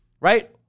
Right